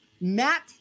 Matt